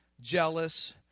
jealous